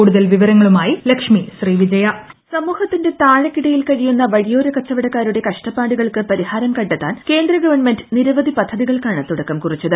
കൂടുതൽ വിവരങ്ങളുമായി ലക്ഷ്മി ശ്രീ വിജയ വോയിസ് സമൂഹത്തിന്റെ താഴേക്കിടയിൽ കഴിയുന്ന വഴിയോര കച്ചവടക്കാരുടെ കഷ്ടപ്പാടുകൾക്ക് പരീഫാരം കണ്ടെത്താൻ കേന്ദ്ര ഗവൺമെന്റ് നിരവധി പദ്ധതികൾക്കാണ് തുടക്കംകുറിച്ചത്